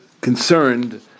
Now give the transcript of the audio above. concerned